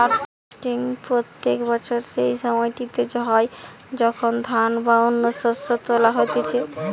harvesting প্রত্যেক বছর সেই সময়টিতে হয় যখন ধান বা অন্য শস্য তোলা হতিছে